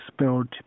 spelled